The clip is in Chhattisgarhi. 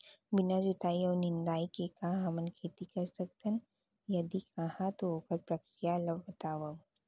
बिना जुताई अऊ निंदाई के का हमन खेती कर सकथन, यदि कहाँ तो ओखर प्रक्रिया ला बतावव?